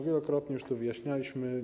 Wielokrotnie już to wyjaśnialiśmy.